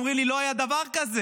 אומרים לי: לא היה דבר כזה.